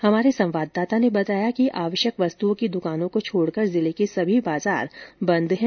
हमारे संवाददाता ने बताया कि आवश्यक वस्तुओं की दुकानों को छोड़कर जिले के सभी बाजार बंद हैं